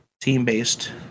team-based